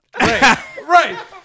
Right